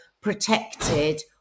protected